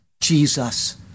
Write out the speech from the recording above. Jesus